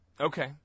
Okay